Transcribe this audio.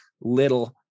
little